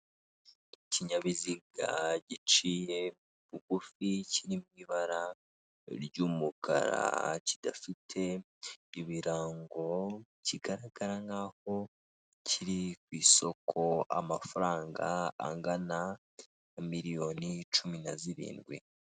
Ikinyabiziga giciye bugufi kiri mu ibara ry'umukara kidafite ibirango kigaragara nk'aho kiri ku isoko amafaranga angana na miliyoni cumi na zirindwi.